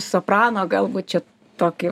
soprano galbūt čia tokį